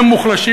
הם מוחלשים,